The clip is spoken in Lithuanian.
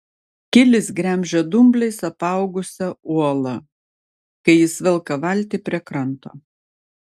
kilis gremžia dumbliais apaugusią uolą kai jis velka valtį prie kranto